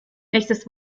nächstes